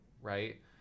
Right